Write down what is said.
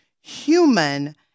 human